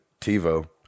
tivo